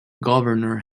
governor